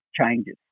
changes